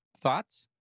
thoughts